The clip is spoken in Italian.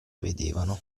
vedevano